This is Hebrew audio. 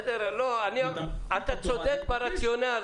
אתה צודק ברציונל,